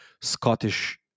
Scottish